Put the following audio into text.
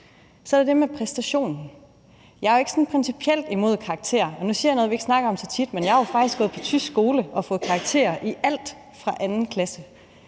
er der det med præstation. Jeg er jo ikke sådan principielt imod karakterer. Nu siger jeg noget, vi ikke snakker om så tit, nemlig at jeg jo faktisk har gået på en tysk skole og fået karakter i alt fra 2. klasse.